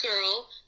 girl